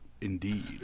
Indeed